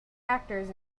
actors